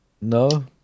No